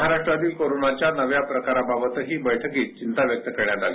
महाराष्ट्रातील कोरोनाच्या नव्या प्रकाराबाबतही बैठकीत चिंता व्यक्त करण्यात आली